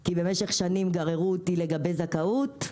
כי במשך שנים גררו אותי בעניין הזכאות.